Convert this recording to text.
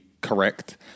correct